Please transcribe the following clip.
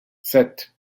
sept